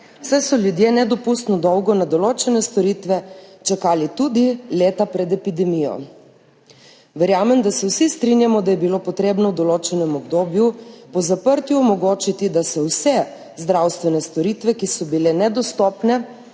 saj so ljudje nedopustno dolgo na določene storitve čakali tudi leta pred epidemijo. Verjamem, da se vsi strinjamo, da je bilo potrebno v določenem obdobju po zaprtju omogočiti, da se vse zdravstvene storitve, ki so bile nedostopne